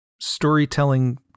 storytelling